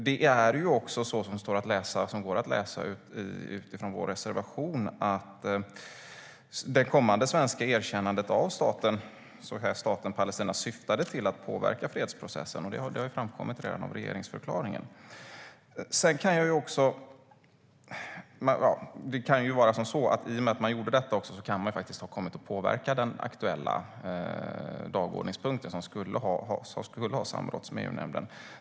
Som också går att läsa i vår reservation syftade det kommande svenska erkännandet av Staten Palestina till att påverka fredsprocessen. Det framkom redan i regeringsförklaringen. I och med att man gjorde detta kan man faktiskt ha kommit att påverka den aktuella dagordningspunkten som skulle ha samråtts med EU-nämnden.